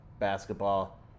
basketball